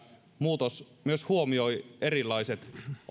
muutos myös huomioi erilaiset